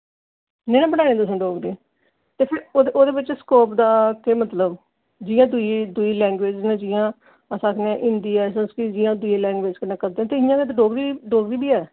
निं ना पढ़ानी तुसें डोगरी ते फिर ओह्दे बिच्च स्कोप दा केह् मतलब जि'यां दूई दीई लैंग्वेज न जि'यां अस आखने आं हिंदी ऐ संस्कृत जि'यां दूई लैंग्वेज कन्नै करदे ते इ'यां गै डोगरी बी ऐ